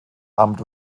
amt